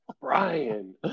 Brian